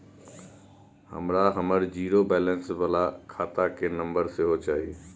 हमरा हमर zero balance बाला खाता के नम्बर सेहो चाही